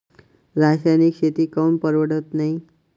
रासायनिक शेती काऊन परवडत नाई?